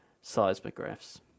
seismographs